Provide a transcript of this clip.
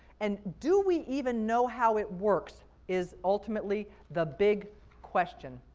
and do we even know how it works is ultimately the big question.